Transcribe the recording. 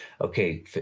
okay